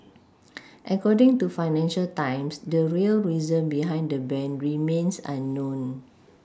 according to financial times the real reason behind the ban remains unknown